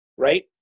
right